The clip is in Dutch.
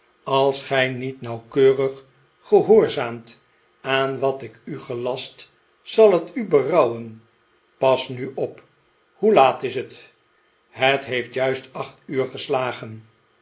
als gij niet nauwkeurig gehoorzaamt aan wat ik u gelast zal het u berouwen pas nu op hoe laat is het het heeft juist acht uur geslagen